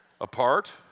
Apart